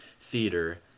theater